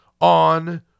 on